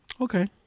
Okay